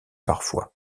parfois